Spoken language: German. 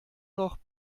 noch